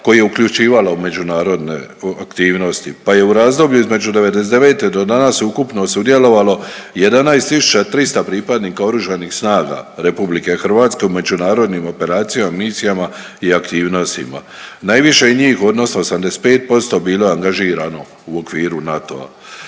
koje je uključivalo međunarodne aktivnosti, pa i u razdoblju između '99. do danas je ukupno sudjelovalo 11.300 pripadnika Oružanih snaga RH u međunarodnim operacijama, misijama i aktivnostima. Najviše njih odnosno 85% bilo je angažirano u okviru NATO-a.